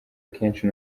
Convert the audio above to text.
akenshi